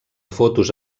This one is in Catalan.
fotos